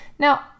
Now